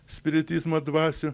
spiritizmo dvasių